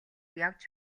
явж